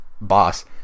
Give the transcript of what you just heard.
boss